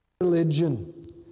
religion